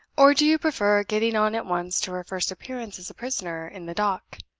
or do you prefer getting on at once to her first appearance as a prisoner in the dock?